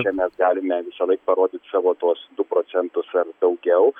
čia mes galime visąlaik parodyti savo tuos du procentus ar daugiau